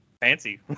fancy